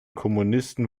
kommunisten